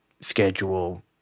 schedule